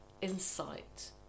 insight